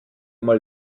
mal